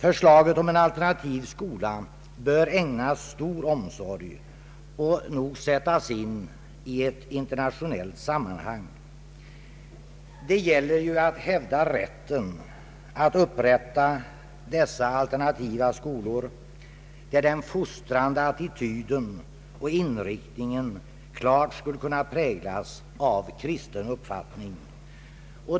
Förslaget om en alternativ skola bör ägnas stor omsorg och nog sättas in i ett internationellt sammanhang. Det gäller att hävda rätten att grunda alternativa skolor, där den fostrande attityden och inriktningen klart skulle kunna präglas av kristen uppfattning.